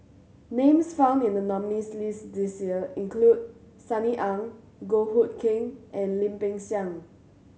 names found in the nominees' list this year include Sunny Ang Goh Hood Keng and Lim Peng Siang